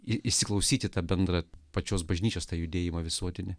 įsiklausyti į tą bendrą pačios bažnyčios tą judėjimą visuotinį